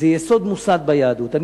זה יסוד מוסד ביהדות.